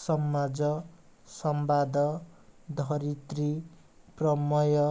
Samaj Sambad Dharitri Prameya